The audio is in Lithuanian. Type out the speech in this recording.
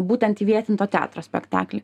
būtent įvietinto teatro spektaklį